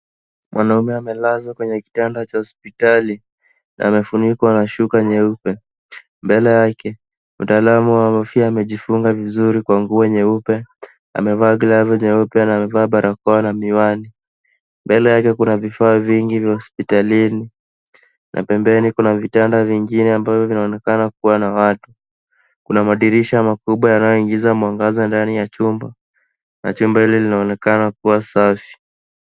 Mwanaume amelazwa kwenye kitanda cha hospitali na anafunikwa na shuka nyeupe. Mbele yake mtaalamu wa afya amejifunga vizuri kwa nguo nyeupe, amevaa galvu nyeupe na amevaa barakoa na miwani. Mbele yake kuna vifaa vingi vya hospitalini na pembeni kuna vitanda vingine ambavyo vinaonekana kuwa na watu. Kuna madirisha makubwa yanayoingiza mwangaza ndani ya chumba na chumba hili linaonekana kuwa safi.